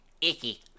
Icky